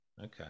Okay